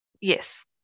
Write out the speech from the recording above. Yes